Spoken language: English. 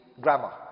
grammar